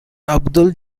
abdul